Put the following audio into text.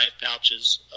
pouches